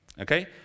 Okay